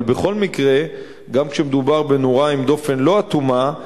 אבל בכל מקרה, גם כשמדובר בנורה עם דופן לא אטומה,